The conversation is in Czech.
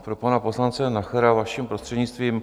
Pro pana poslance Nachera, vaším prostřednictvím.